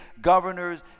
governors